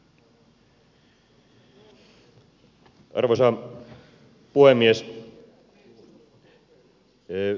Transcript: arvoisa puhemies